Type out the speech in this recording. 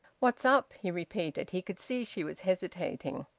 what's up? he repeated. he could see she was hesitating.